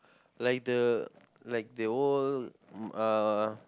like the like the old mm uh